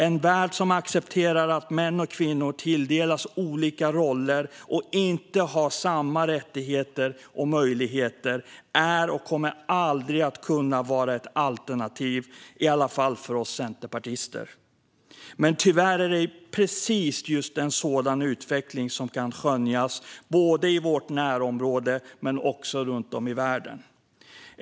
En värld som accepterar att män och kvinnor tilldelas olika roller och inte har samma rättigheter och möjligheter är inget och kommer aldrig att kunna vara ett alternativ, i alla fall inte för oss centerpartister. Men tyvärr är det precis just en sådan utveckling som kan skönjas både i vårt närområde och runt om i världen.